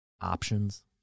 options